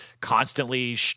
constantly